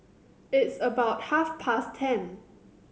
its about half past ten